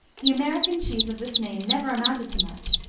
the american cheese of this name never amounted to much.